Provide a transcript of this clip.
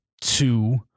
two